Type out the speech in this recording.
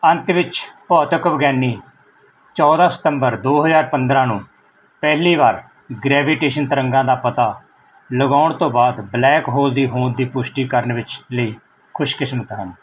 ਅੰਤ ਵਿੱਚ ਭੌਤਿਕ ਵਿਗਿਆਨੀ ਚੌਦਾਂ ਸਤੰਬਰ ਦੋ ਹਜ਼ਾਰ ਪੰਦਰਾਂ ਨੂੰ ਪਹਿਲੀ ਵਾਰ ਗਰੈਵੀਟੇਸ਼ਨ ਤਰੰਗਾਂ ਦਾ ਪਤਾ ਲਗਾਉਣ ਤੋਂ ਬਾਅਦ ਬਲੈਕ ਹੋਲ ਦੀ ਹੋਂਦ ਦੀ ਪੁਸ਼ਟੀ ਕਰਨ ਵਿੱਚ ਲਈ ਖੁਸ਼ ਕਿਸਮਤ ਹਨ